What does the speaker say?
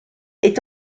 est